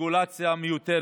רגולציה מיותרת,